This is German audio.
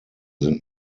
sind